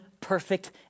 perfect